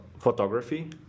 photography